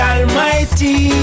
Almighty